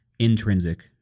Intrinsic